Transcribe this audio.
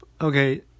okay